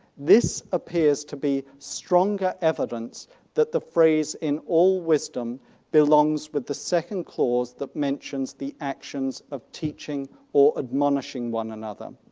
this appears to be stronger evidence that the phrase in all wisdom belongs with the second clause that mentions the actions of teaching or admonishing one another.